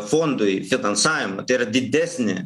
fondui finansavimą tai yra didesnį